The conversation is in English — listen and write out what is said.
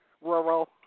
rural